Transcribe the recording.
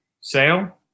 sale